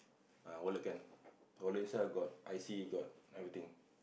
ah wallet can wallet inside got I_C got everything